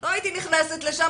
לא הייתי נכנסת לשם,